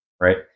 right